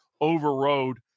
overrode